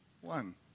one